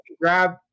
grab